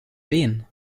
wen